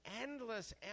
endless